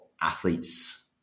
athletes